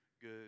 good